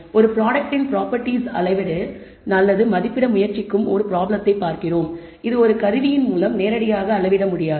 ஒரு ப்ராடக்ட்டின் ப்ராபெர்டிஸ்ஸை அளவிட அல்லது மதிப்பிட முயற்சிக்கும் ஒரு ப்ராப்ளத்தை பார்க்கிறோம் இது ஒரு கருவியின் மூலம் நேரடியாக அளவிட முடியாது